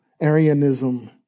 Arianism